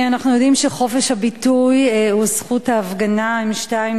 אנחנו יודעים שחופש הביטוי וזכות ההפגנה הן שתיים